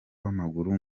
w’amaguru